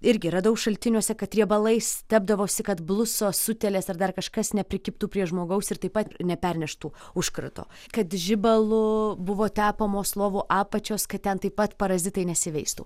irgi radau šaltiniuose kad riebalais tepdavosi kad blusos utėlės ir dar kažkas neprikibtų prie žmogaus ir taip pat neperneštų užkrato kad žibalu buvo tepamos lovų apačios kad ten taip pat parazitai nesiveistų